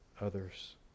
others